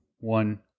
one